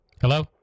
Hello